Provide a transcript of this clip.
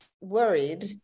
worried